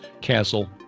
castle